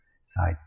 side